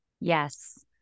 Yes